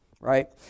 right